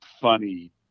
funny